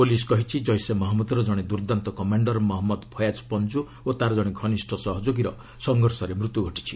police କହିଛି କେିସେ ମହମ୍ମଦ୍ର ଜଣେ ଦୁର୍ଦ୍ଦାନ୍ତ କମାଣ୍ଡର ମହମ୍ମଦ ଫୈୟାଜ୍ ପଞ୍ଜୁ ଓ ତାର ଜଣେ ଘନିଷ୍ଠ ସହଯୋଗୀର ସଂଘର୍ଷରେ ମୃତ୍ୟୁ ଘଟିଛି